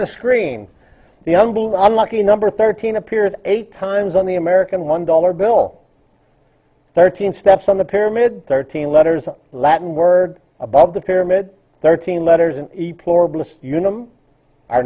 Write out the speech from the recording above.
the screen the umble unlucky number thirteen appeared eight times on the american one dollar bill thirteen steps on the pyramid thirteen letters a latin word above the param it thirteen letters